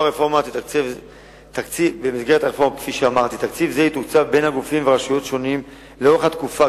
תקציב זה יתוקצב בין גופים ורשויות שונים לאורך התקופה,